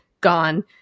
Gone